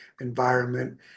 environment